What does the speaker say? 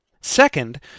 Second